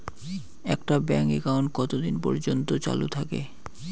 একটা bank account কতদিন পর্যন্ত চালু থাকে?